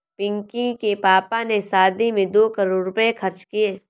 पिंकी के पापा ने शादी में दो करोड़ रुपए खर्च किए